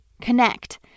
connect